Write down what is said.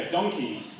Donkeys